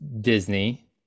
disney